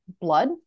blood